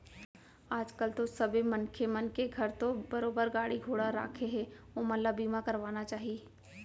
आज कल तो सबे मनखे मन के घर तो बरोबर गाड़ी घोड़ा राखें हें ओमन ल बीमा करवाना चाही